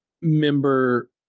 member